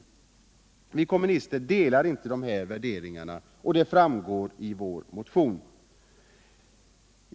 Vi kommunister delar inte dessa värderingar, och det framgår av vår motion.